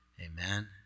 Amen